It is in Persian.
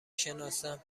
شناسم